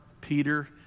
Peter